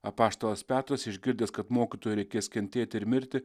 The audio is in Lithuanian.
apaštalas petras išgirdęs kad mokytojui reikės kentėti ir mirti